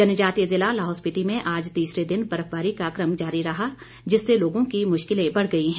जनजातीय ज़िला लाहौल स्पिति में आज तीसरे दिन बर्फबारी का कम जारी है जिससे लोगों की मुश्किलें बढ़ गई हैं